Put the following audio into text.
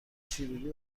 شیرودی